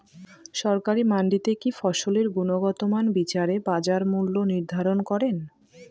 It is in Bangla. সরকারি মান্ডিতে কি ফসলের গুনগতমান বিচারে বাজার মূল্য নির্ধারণ করেন?